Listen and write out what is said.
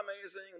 amazing